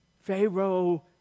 Pharaoh